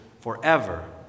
forever